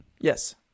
Yes